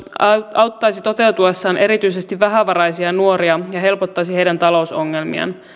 auttaisi toteutuessaan erityisesti vähävaraisia nuoria ja helpottaisi heidän talousongelmiaan